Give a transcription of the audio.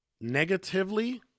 negatively